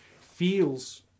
feels